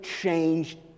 changed